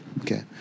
Okay